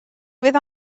fydd